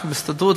אנחנו בהסתדרות,